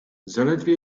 zaledwie